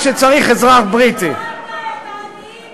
1881. פלסטין הייתה אז ארץ ירוקה,